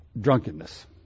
Drunkenness